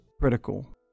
critical